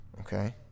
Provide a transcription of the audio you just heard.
Okay